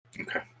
Okay